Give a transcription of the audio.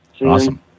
Awesome